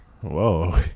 Whoa